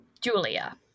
Julia